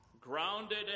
Grounded